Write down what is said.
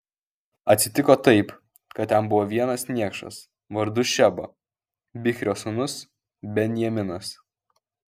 atsitiko taip kad ten buvo vienas niekšas vardu šeba bichrio sūnus benjaminas